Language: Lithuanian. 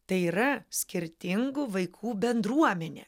tai yra skirtingų vaikų bendruomenė